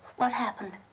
what happened?